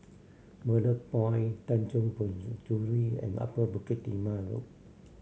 Bedok Point Tanjong Penjuru and Upper Bukit Timah Road